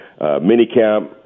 minicamp